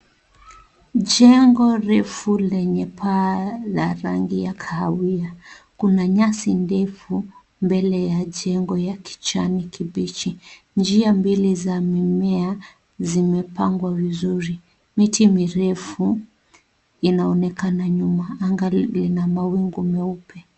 Jengo refu lenye paa la rangi ya kahawia. Kuna nyasi ndefu mbele ya jengo ya kijani kibichi. Njia mbili za mimea zimepangwa vizuri. Miti mirefu inaonekana nyuma. Anga lina mawingu meupe.